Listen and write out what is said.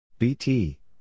BT